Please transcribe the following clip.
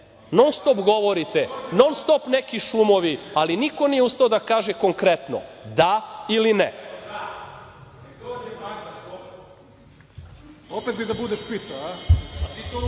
Non-stop govorite, non-stop neki šumovi, ali niko nije ustao da kaže konkretno - da ili